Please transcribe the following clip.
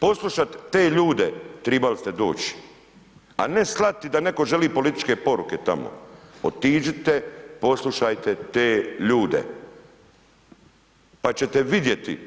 Poslušat te ljude, tribali ste doć, a ne slati da netko želi političke poruke tamo, otiđite, poslušajte te ljude, pa ćete vidjeti